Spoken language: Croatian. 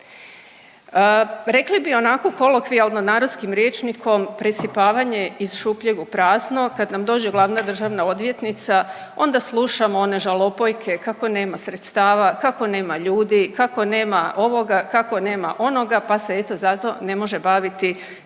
Rekli bi onako kolokvijalno narodskim rječnikom presipavanje iz šupljeg u prazno. Kad nam dođe glavna državna odvjetnica onda slušamo one žalopojke kako nema sredstava, kako nema ljudi, kako nema ovoga, kako nema onoga pa se eto zato ne može baviti